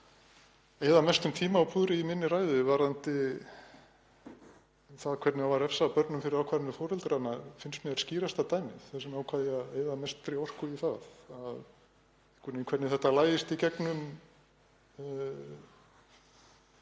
eyða mestum tíma og púðri í í minni ræðu, varðandi hvernig á að refsa börnum fyrir ákvarðanir foreldranna, finnst mér skýrasta dæmið, þess vegna ákvað ég að eyða mestri orku í það. Hvernig þetta læðist í gegnum